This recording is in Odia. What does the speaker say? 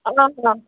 ହଁ ହଁ